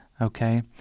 okay